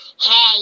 Hey